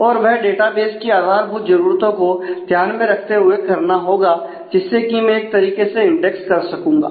और वह डेटाबेस की आधारभूत जरूरतों को ध्यान में रखते हुए करना होगा जिससे कि मैं एक तरीके से इंडेक्स कर सकूंगा